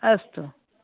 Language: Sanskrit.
अस्तु